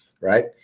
right